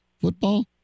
football